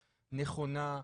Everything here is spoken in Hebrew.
נכונה,